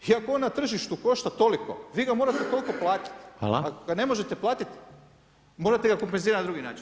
I ako ona na tržištu košta toliko, vi ga morate toliko platiti, ali ako ga ne možete platiti, morate ga kompenzirati na drugi način.